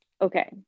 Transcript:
Okay